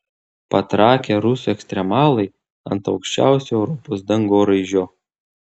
patrakę rusų ekstremalai ant aukščiausio europos dangoraižio